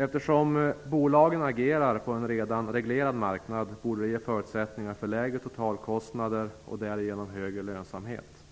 Eftersom bolagen agerar på en redan reglerad marknad borde det ge förutsättningar för lägre totalkostnader och därigenom en större lönsamhet.